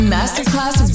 Masterclass